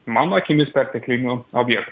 mano akimis perteklinių objektų